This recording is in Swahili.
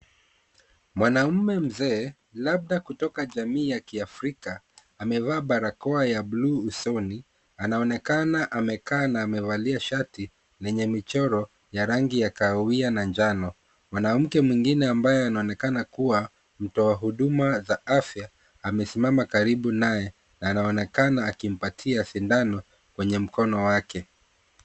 Mwanamume mzee, labda kutoka jamii ya Kiafrika, amevaa barakoa ya bluu usoni. Anaonekana amekaa na amevalia shati lenye michoro ya rangi ya kahawia na njano. Mwanamke mwingine ambaye anaonekana kuwa mtoa huduma za afya amesimama karibu naye, na anaonekana akimpatia sindano kwenye mkono wake.